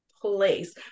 place